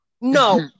no